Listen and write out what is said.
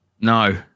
No